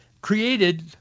created